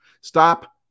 Stop